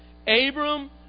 Abram